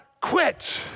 quit